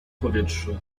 powietrzu